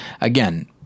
Again